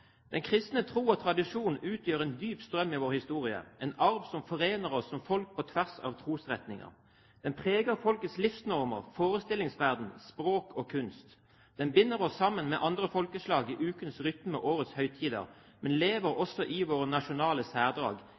tradisjon utgjør en dyp strøm i vår historie – en arv som forener oss som folk på tvers av trosretninger. Den preger folkets livsnormer, forestillingsverden, språk og kunst. Den binder oss sammen med andre folkeslag i ukens rytme og årets høytider, men lever også i våre nasjonale særdrag: